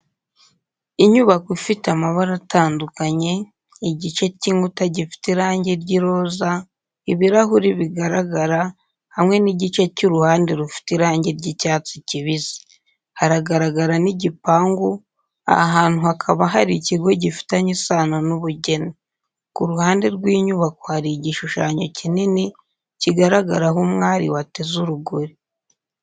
Inyubako ifite amabara atandukanye igice cy’inkuta gifite irangi ry’iroza, ibirahuri bigaragara, hamwe n’igice cy’uruhande rufite irangi ry’icyatsi kibisi. Haragaragara n’igipangu aha hantu hakaba har'ikigo gifitanye isano n’ubugeni. Ku ruhande rw’inyubako hari igishushanyo kinini kigaragaraho umwari wateze urugori.